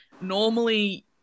normally